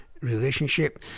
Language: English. relationship